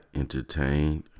entertained